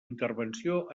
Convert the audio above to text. intervenció